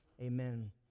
Amen